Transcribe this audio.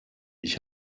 ich